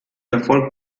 erfolg